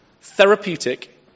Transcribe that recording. therapeutic